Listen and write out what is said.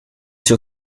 sur